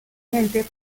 gente